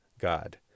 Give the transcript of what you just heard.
God